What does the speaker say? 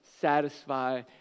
satisfy